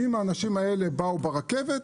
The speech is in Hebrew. אם האנשים האלה באו ברכבת,